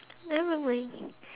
nevermind